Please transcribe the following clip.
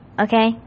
okay